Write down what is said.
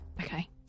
Okay